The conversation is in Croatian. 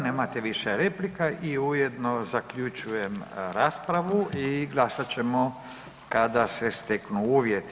Nemate više replika i ujedno zaključujem raspravu i glasat ćemo kada se steknu uvjeti.